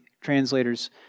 translators